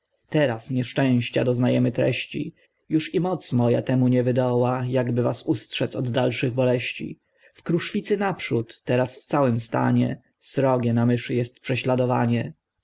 teraz nieszczęścia doznajemy treści już i moc moja temu nie wydoła jakby was ustrzedz od dalszej boleści w kruszwicy naprzód teraz w całym stanie srogie na myszy jest prześladowanie